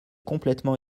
complètement